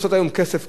מה שמאפיין,